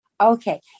Okay